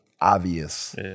obvious